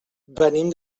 venim